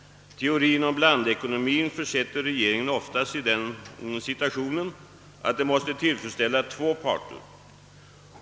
Teorien om blandekonomien försätter oftast regeringen i den situationen att den måste tillfredsställa två parter.